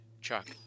Chuck